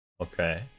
Okay